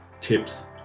tips